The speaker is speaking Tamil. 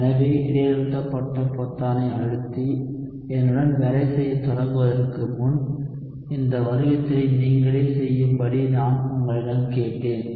எனவே இடைநிறுத்தப்பட்ட பொத்தானை அழுத்தி என்னுடன் வேலை செய்யத் தொடங்குவதற்கு முன் இந்த வருவித்தலை நீங்களே செய்யும்படி நான் உங்களிடம் கேட்டேன்